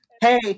hey